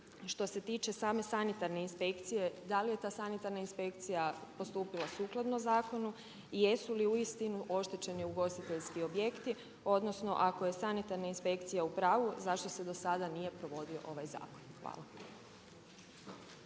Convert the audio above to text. što se tiče same sanitarne inspekcije da li je ta sanitarna inspekcija postupila sukladno zakonu i jesu li uistinu oštećeni ugostiteljski objekti odnosno ako je sanitarna inspekcija u pravu zašto se dosada nije provodio ovaj zakon? Hvala.